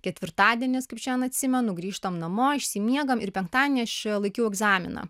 ketvirtadienis kaip šiandien atsimenu grįžtam namo išsimiegam ir penktadienį aš laikiau egzaminą